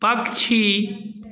पक्षी